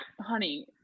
Honey